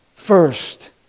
First